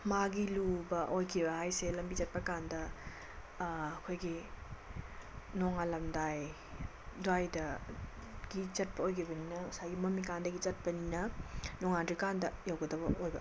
ꯃꯥꯒꯤ ꯂꯨꯕ ꯑꯣꯏꯈꯤꯕ ꯍꯥꯏꯁꯦ ꯂꯝꯕꯤ ꯆꯠꯄ ꯀꯥꯟꯗ ꯑꯩꯈꯣꯏꯒꯤ ꯅꯣꯡꯉꯥꯜꯂꯝꯗꯥꯏ ꯑꯗꯥꯏꯗꯒꯤ ꯆꯠꯄ ꯑꯣꯏꯈꯤꯕꯅꯤꯅ ꯉꯁꯥꯏꯒꯤ ꯃꯝꯃꯤꯀꯥꯟꯗꯒꯤ ꯆꯠꯄꯅꯤꯅ ꯅꯣꯡꯉꯥꯟꯗ꯭ꯔꯤꯀꯥꯟꯗ ꯌꯧꯒꯗꯕ ꯑꯣꯏꯕ